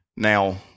Now